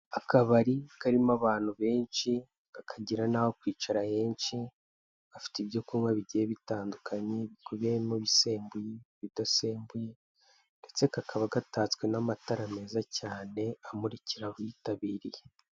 Akabari karimo abantu benshi kakagira n'aho kwicara henshi, hafite ibyo kunywa bigiye bitandukanye bikubiyemo ibisembuye, ibidasembuye ndetse kakaba gatatswe n'amatara meza cyane amurikira abitabiriye.